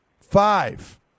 five